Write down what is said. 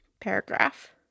paragraph